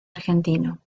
argentino